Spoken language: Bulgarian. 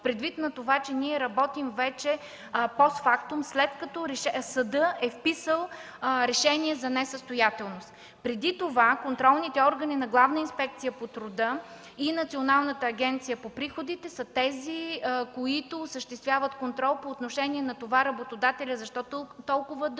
предвид на това, че ние работим вече постфактум, след като съдът е вписал решение за несъстоятелност. Преди това контролните органи на Главна инспекция по труда и Националната агенция по приходите са тези, които осъществяват контрол по отношение на това защо толкова дълъг